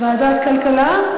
ועדת כלכלה?